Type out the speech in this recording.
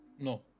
No